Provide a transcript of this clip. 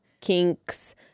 kinks